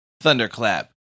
Thunderclap